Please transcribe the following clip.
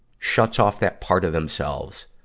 shuts off that part of themselves,